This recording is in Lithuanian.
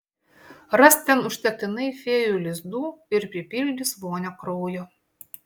ras ten užtektinai fėjų lizdų ir pripildys vonią kraujo